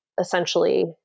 essentially